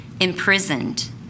imprisoned